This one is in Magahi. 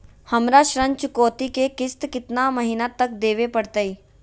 हमरा ऋण चुकौती के किस्त कितना महीना तक देवे पड़तई?